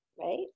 right